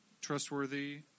trustworthy